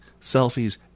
selfies